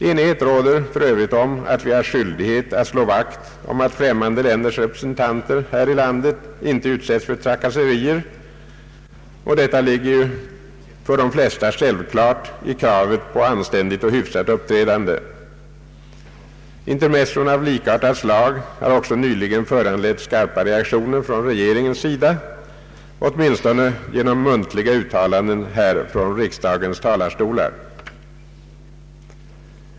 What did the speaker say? Enighet råder för övrigt om att vi har skyldighet att slå vakt om att främmande länders representanter här i landet inte utsätts för trakasserier, och detta ligger ju för de flesta självklart i kravet på anständigt och hyfsat uppträdande. Intermezzon av likartat slag har också nyligen föranlett skarpa reaktioner från regeringen, åtminstone genom muntliga uttalanden här från riksdagens talarstolar.